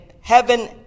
heaven